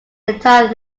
entire